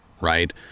right